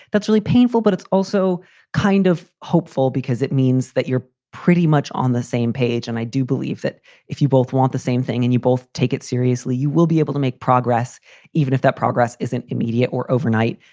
that's really painful. but it's also kind of hopeful because it means that you're pretty much on the same page. and i do believe that if you both want the same thing and you both take it seriously, you will be able to make progress even if that progress isn't immediate or overnight.